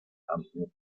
amplio